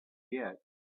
yet